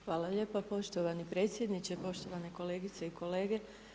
Hvala lijepo poštovan predsjedniče, poštovane kolegice i kolege.